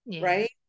Right